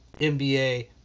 NBA